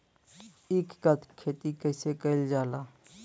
ईख क खेती कइसे कइल जाला?